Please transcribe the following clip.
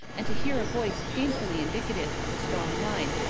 and to hear a voice painfully indicative of a strong mind,